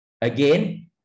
Again